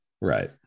Right